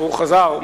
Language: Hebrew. הוא חזר.